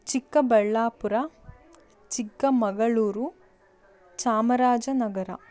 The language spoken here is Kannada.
ಚಿಕ್ಕಬಳ್ಳಾಪುರ ಚಿಕ್ಕಮಗಳೂರು ಚಾಮರಾಜನಗರ